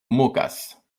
mokas